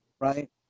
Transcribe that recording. right